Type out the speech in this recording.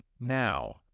now